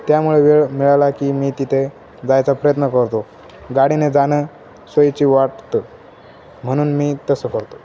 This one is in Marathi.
त्यामुळे वेळ मिळाला की मी तिथे जायचा प्रयत्न करतो गाडीने जाणं सोयीची वाटतं म्हणून मी तसं करतो